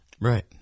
Right